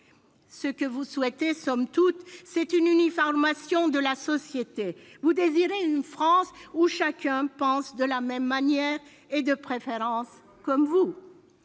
Ce que vous souhaitez, somme toute, c'est une uniformisation de la société. Vous désirez une France où chacun pense de la même manière et, de préférence, comme vous.